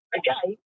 again